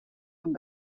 von